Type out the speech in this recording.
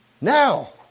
Now